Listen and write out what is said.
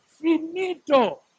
Finito